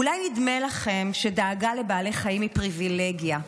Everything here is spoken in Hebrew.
אולי נדמה לכם שדאגה לבעלי חיים היא פריבילגיה,